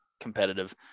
competitive